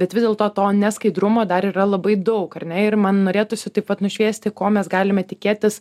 bet vis dėlto to neskaidrumo dar yra labai daug ar ne ir man norėtųsi taip pat nušviesti ko mes galime tikėtis